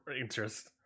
interest